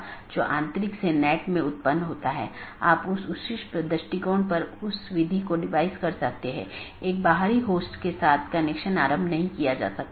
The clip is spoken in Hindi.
क्योंकि पूर्ण मेश की आवश्यकता अब उस विशेष AS के भीतर सीमित हो जाती है जहाँ AS प्रकार की चीज़ों या कॉन्फ़िगरेशन को बनाए रखा जाता है